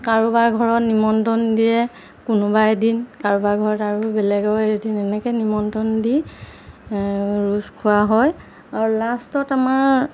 কাৰোবাৰ ঘৰত নিমন্ত্ৰণ দিয়ে কোনোবা এদিন কাৰোবাৰ ঘৰত আৰু বেলেগৰ এদিন এনেকৈ নিমন্ত্ৰণ দি ৰুচ খোৱা হয় আৰু লাষ্টত আমাৰ